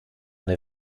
eine